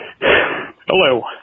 Hello